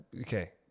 okay